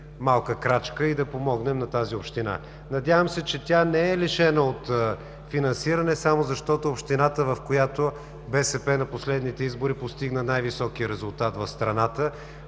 малка крачка и да помогнем на тази община. Надявам се, че тя не е лишена от финансиране само защото е общината, в която на последните избори БСП постигна най-високия резултат в страната.